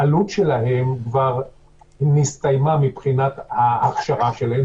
העלות שלהם כבר נסתיימה מבחינת ההכשרה שלהם,